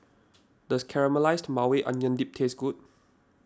does Caramelized Maui Onion Dip taste good